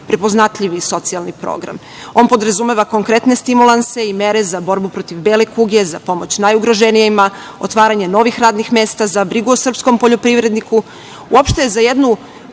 prepoznatljiv socijalni program. On podrazumeva konkretne stimulanse i mere za borbu protiv bele kuge, za pomoć najugroženijima, otvaranje novih radnih mesta, za brigu o poljoprivredniku, uopšte za jednu